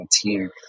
team